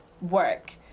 work